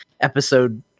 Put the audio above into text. episode